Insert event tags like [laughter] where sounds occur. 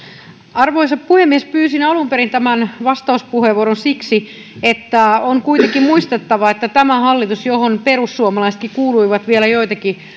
arvoisa puhemies pyysin alun perin vastauspuheenvuoron siksi että on kuitenkin muistettava että tämä hallitus johon perussuomalaisetkin kuuluivat vielä joitakin [unintelligible]